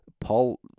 Paul